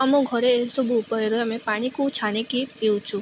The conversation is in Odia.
ଆମ ଘରେ ଏସବୁ ଉପାୟରେ ଆମେ ପାଣିକୁ ଛାଣିକି ପିଉଛୁ